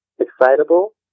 excitable